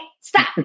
stop